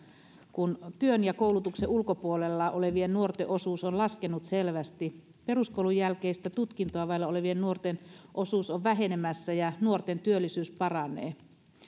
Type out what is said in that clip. kun työn ja koulutuksen ulkopuolella olevien nuorten osuus on laskenut selvästi peruskoulun jälkeistä tutkintoa vailla olevien nuorten osuus on vähenemässä ja nuorten työllisyys paranee